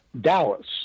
Dallas